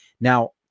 Now